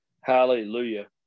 Hallelujah